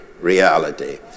reality